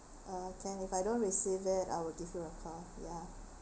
uh can if I don't receive then I will give you a call ya